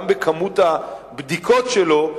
גם בהיקף הבדיקות שלו,